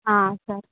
ఆ సరే